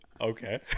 Okay